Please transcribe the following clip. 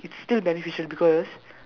it's still beneficial because